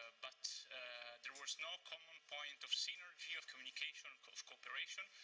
ah but there was no common point of synergy, of communication, of cooperation.